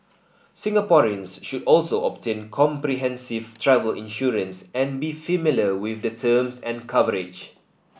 Singaporeans should also obtain comprehensive travel insurance and be familiar with the terms and coverage